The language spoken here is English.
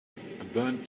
burnt